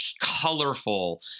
colorful